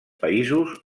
països